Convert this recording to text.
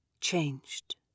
changed